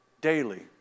daily